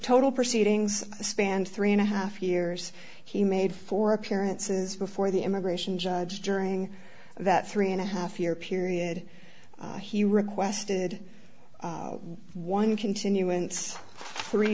total proceedings spanned three and a half years he made four appearances before the immigration judge during that three and a half year period he requested one continuance three